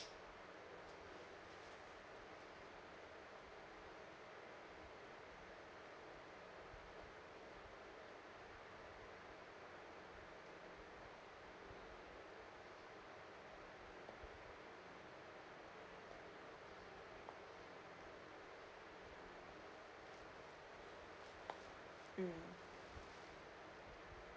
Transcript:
mm